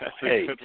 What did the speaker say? hey